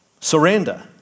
Surrender